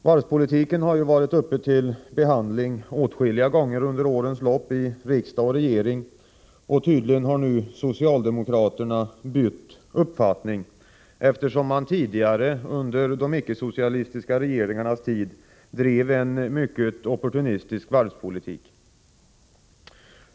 Varvspolitiken har ju varit uppe till behandling åtskilliga gånger under årens lopp i riksdag och regering, och tydligen har nu socialdemokraterna bytt uppfattning. De har ju också tidigare, under de icke-socialistiska regeringarnas tid, drivit en mycket opportunistisk varvspolitik.